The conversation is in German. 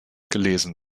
gelesen